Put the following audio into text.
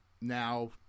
Now